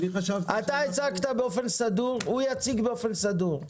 אתה הצגת באופן סדור, הוא יציג באופן סדור.